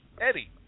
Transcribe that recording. Eddie